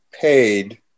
paid